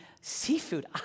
seafood